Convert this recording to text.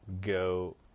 go